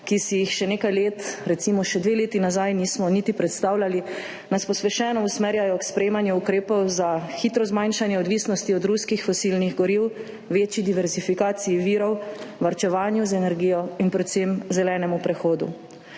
ki si jih še nekaj let nazaj, recimo še dve leti nazaj, nismo niti predstavljali, nas pospešeno usmerjajo k sprejemanju ukrepov za hitro zmanjšanje odvisnosti od ruskih fosilnih goriv, večji diverzifikaciji virov, varčevanju z energijo in predvsem zelenemu prehodu.